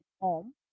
home